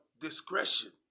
discretion